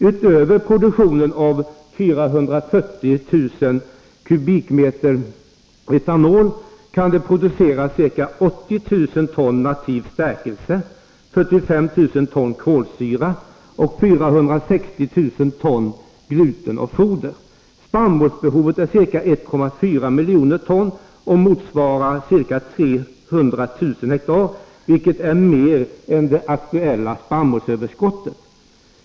Utöver produktionen av ca 440 000 m? etanol, kan det produceras ca 80 000 ton nativ stärkelse, 75 000 ton kolsyra och 460 000 ton gluten och foder. Spannmålsbehovet är ca 1,4 miljoner ton, och det motsvarar ca 300 000 ha, vilket är mer än det nu aktuella spannmålsöverskottet.